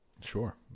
Sure